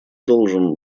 должен